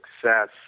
success